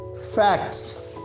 facts